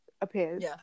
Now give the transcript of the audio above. appears